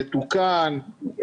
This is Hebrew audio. יתוקן,